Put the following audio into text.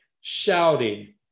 shouting